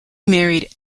married